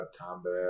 combat